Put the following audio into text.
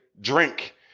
drink